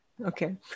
okay